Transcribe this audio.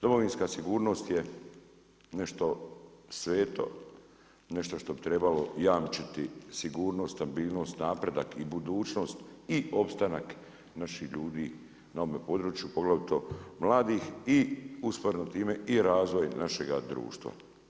Domovinska sigurnost je nešto sveto, nešto što bi trebalo jamčiti, sigurnost, stabilnost, napredak i budućnost i opstanak naših ljudi na ovome području, poglavito mladih i usporedbi time i razvoj našega društva.